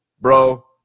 Bro